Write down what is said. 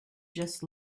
just